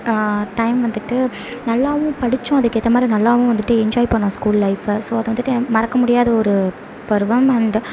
time வந்துட்டு நல்லாவும் படிச்சோம் அதுக்கு ஏற்ற மாதிரி நல்லாவும் வந்துவிட்டு என்ஜாய் பண்னோம் ஸ்கூல் லைஃப்பை ஸோ அது வந்துவிட்டு மறக்க முடியாத ஒரு பருவம் அண்ட்